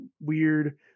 weird